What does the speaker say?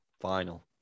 final